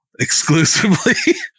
exclusively